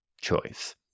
choice